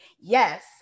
yes